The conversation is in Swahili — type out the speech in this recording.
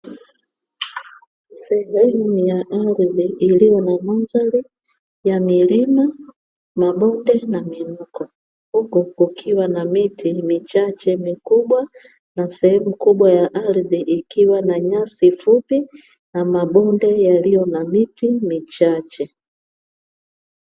Sehemu ya ardhi iliyo na mandhari ya milima, mabonde na miinuko, huku kukiwa na miti michache mikubwa na sehemu kubwa ya ardhi ikiwa na nyasi fupi na mabonde yaliyo na miti michache.